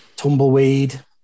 Tumbleweed